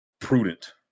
prudent